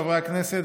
חברי הכנסת,